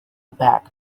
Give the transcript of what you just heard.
back